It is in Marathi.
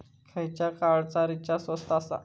खयच्या कार्डचा रिचार्ज स्वस्त आसा?